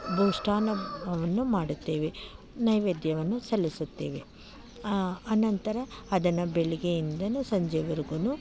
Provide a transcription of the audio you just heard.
ಭೂಷ್ಟಾನ್ನವನ್ನು ಮಾಡುತ್ತೇವೆ ನೈವೇದ್ಯವನ್ನು ಸಲ್ಲಿಸುತ್ತೇವೆ ಅನಂತರ ಅದನ್ನು ಬೆಳಗ್ಗೆಯಿಂದನು ಸಂಜೆವರ್ಗು